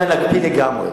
להקטין לגמרי.